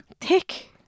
Thick